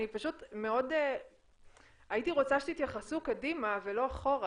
אני פשוט מאוד הייתי רוצה שתתייחסו קדימה ולא אחורה,